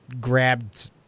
grabbed